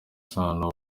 isano